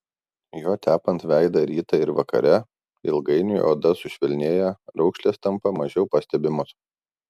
juo tepant veidą rytą ir vakare ilgainiui oda sušvelnėja raukšlės tampa mažiau pastebimos